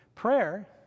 Prayer